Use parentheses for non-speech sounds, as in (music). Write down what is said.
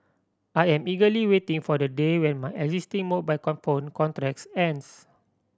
I am eagerly waiting for the day when my existing mobile (unintelligible) contracts ends